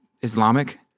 Islamic